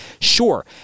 sure